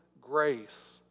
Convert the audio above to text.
grace